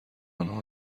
آنها